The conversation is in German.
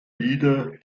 wieder